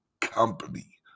company